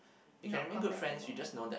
not compatible